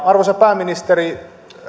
arvoisa pääministeri